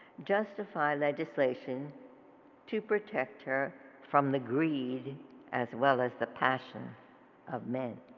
justify legislation to protect her from the greed as well as the passion of men.